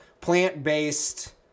Plant-based